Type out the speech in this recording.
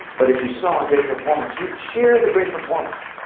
but if you saw a great performance, you'd cheer the great performance.